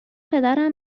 پدرم